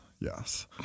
Yes